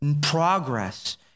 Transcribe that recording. progress